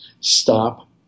Stop